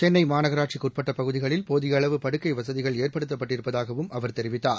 சென்னை மாநகராட்சிக்கு உட்பட்ட பகுதிகளில் போதிய அளவு படுககை வசதிகள் ஏற்படுத்தப்பட்டிருப்பதாகவும் அவர் தெரிவித்தார்